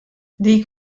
dik